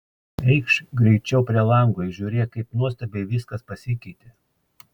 eikš greičiau prie lango ir žiūrėk kaip nuostabiai viskas pasikeitė